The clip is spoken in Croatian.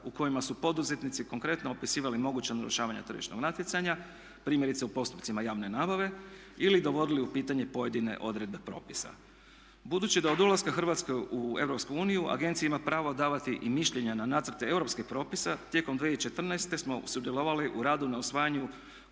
u kojima su poduzetnici konkretno opisivali moguća narušavanja tržišnog natjecanja primjerice u postupcima javne nabave ili dovodili u pitanje pojedine odredbe propisa. Budući da od ulaska Hrvatske u EU agencija ima pravo davati i mišljenja na nacrte europskih propisa. Tijekom 2014. smo sudjelovali u radu na usvajanju